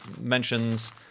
mentions